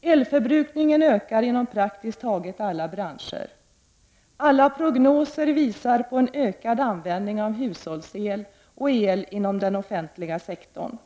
Elförbrukningen ökar inom praktiskt taget alla branscher. Alla prognoser visar på en ökad användning av hushålls-el och el inom den offentliga sektorn.